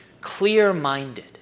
clear-minded